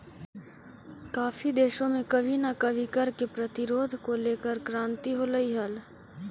काफी देशों में कभी ना कभी कर के प्रतिरोध को लेकर क्रांति होलई हल